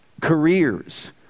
careers